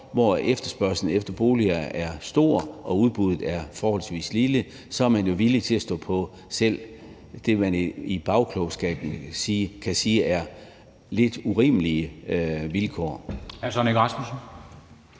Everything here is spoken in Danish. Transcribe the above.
hvor efterspørgslen efter boliger er stor og udbuddet er forholdsvis lille, og så er man jo villig til det, man i bagklogskabens lys godt kan sige er lidt urimelige vilkår.